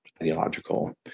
ideological